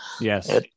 Yes